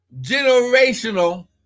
generational